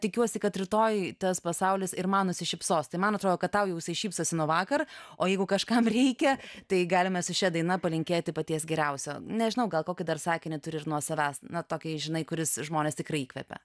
tikiuosi kad rytoj tas pasaulis ir man nusišypsos tai man atrodo kad tau jisai šypsosi nuo vakar o jeigu kažkam reikia tai galime su šia daina palinkėti paties geriausio nežinau gal kokį dar sakinį turi ir nuo savęs na tokį žinai kuris žmones tikrai įkvepia